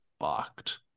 fucked